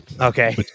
Okay